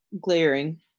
glaring